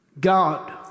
God